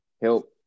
help